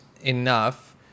enough